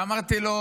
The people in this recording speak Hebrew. ואמרתי לו: